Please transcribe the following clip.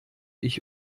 ich